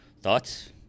Thoughts